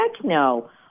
no